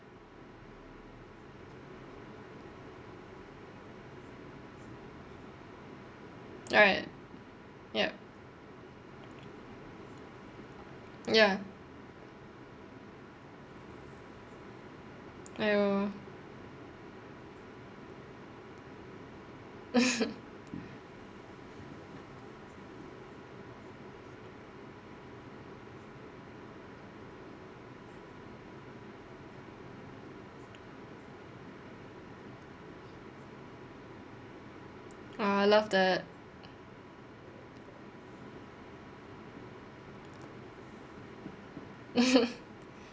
right yup ya !aiyo! !aww! I love that